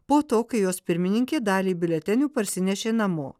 po to kai jos pirmininkė dalį biuletenių parsinešė namo